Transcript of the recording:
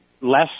less